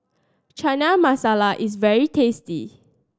Chana Masala is very tasty